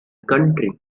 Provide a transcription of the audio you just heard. country